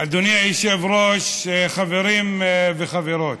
אדוני היושב-ראש, חברים וחברות,